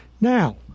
now